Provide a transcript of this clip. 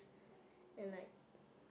and like